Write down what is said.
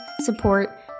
support